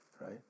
right